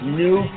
new